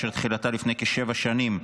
אשר תחילתה לפני כשבע שנים,